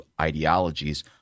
ideologies